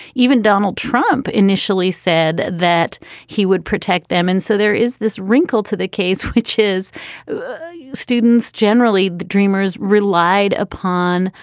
even donald trump initially said that he would protect them. and so there is this wrinkle to the case, which his students generally, the dreamers relied upon,